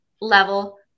level